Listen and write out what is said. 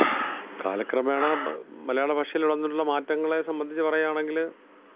കാലക്രമേണ ബ് മലയാള ഭാഷയിൽ വന്നിട്ടുള്ള മാറ്റങ്ങളെ സംബന്ധിച്ച് പറയുവാണെങ്കിൽ